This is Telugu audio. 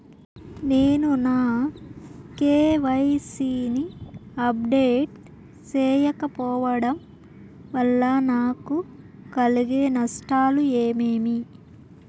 నేను నా కె.వై.సి ని అప్డేట్ సేయకపోవడం వల్ల నాకు కలిగే నష్టాలు ఏమేమీ?